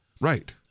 Right